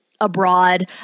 abroad